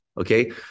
okay